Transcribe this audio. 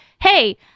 hey